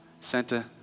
Santa